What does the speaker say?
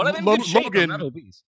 logan